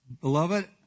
Beloved